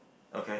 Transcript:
okay